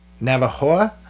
Navajo